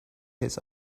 his